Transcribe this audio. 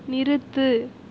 நிறுத்து